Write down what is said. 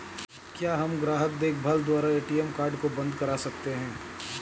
क्या हम ग्राहक देखभाल द्वारा ए.टी.एम कार्ड को बंद करा सकते हैं?